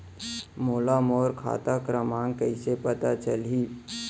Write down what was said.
मोला मोर खाता क्रमाँक कइसे पता चलही?